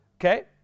okay